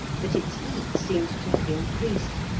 but its heat seemed to have increased,